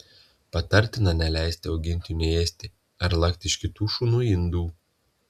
patartina neleisti augintiniui ėsti ar lakti iš kitų šunų indų